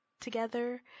together